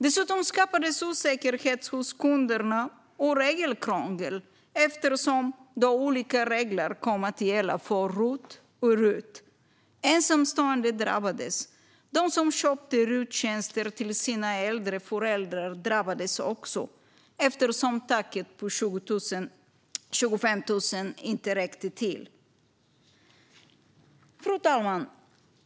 Dessutom skapades osäkerhet hos kunderna och regelkrångel, eftersom olika regler kom att gälla för ROT och RUT. Ensamstående drabbades. De som köpte RUT-tjänster till sina äldre föräldrar drabbades också, eftersom taket på 25 000 inte räckte till. Fru talman!